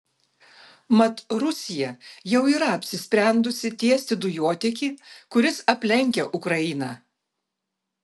mat rusija jau yra apsisprendusi tiesti dujotiekį kuris aplenkia ukrainą